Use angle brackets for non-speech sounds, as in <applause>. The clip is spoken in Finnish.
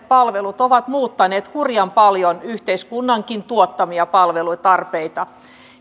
<unintelligible> palvelut ovat muuttaneet hurjan paljon yhteiskunnankin tuottamia palvelutarpeita